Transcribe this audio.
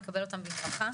נקבל אותם בברכה,